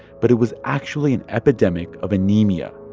but it was actually an epidemic of anemia.